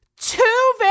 Two